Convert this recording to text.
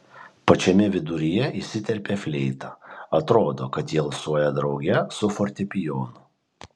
pačiame viduryje įsiterpia fleita atrodo kad ji alsuoja drauge su fortepijonu